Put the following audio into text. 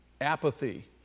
apathy